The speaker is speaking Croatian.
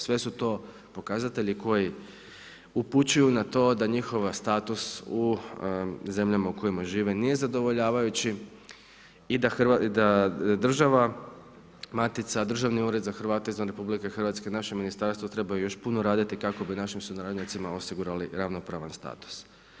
Sve su to pokazatelji koji upućuju na to da njihov status u zemljama u kojima žive nije zadovoljavajući i da država, matica, Državni ured za Hrvate izvan RH, naše ministarstvo trebaju još puno raditi kako bi našim sunarodnjacima osigurali ravnopravan status.